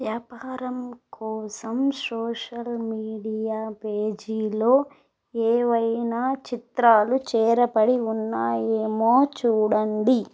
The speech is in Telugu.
వ్యాపారం కోసం సోషల్ మీడియా పేజీలో ఏవైనా చిత్రాలు చేర్చబడి ఉన్నాయేమో చూడండి